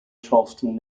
charleston